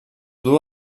duu